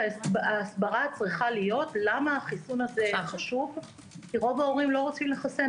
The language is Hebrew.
ההסברה צריכה להיות למה החיסון הזה חשוב כי רוב ההורים לא רוצים לחסן.